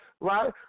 right